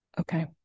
Okay